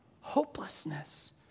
hopelessness